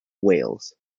wales